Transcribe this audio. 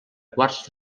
quarts